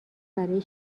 برای